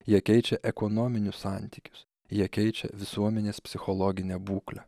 jie keičia ekonominius santykius jie keičia visuomenės psichologinę būklę